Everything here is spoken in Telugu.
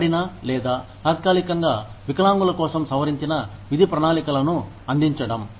గాయపడిన లేదా తాత్కాలికంగా వికలాంగుల కోసం సవరించిన విధి ప్రణాళికలను అందించడం